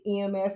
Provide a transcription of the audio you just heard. EMS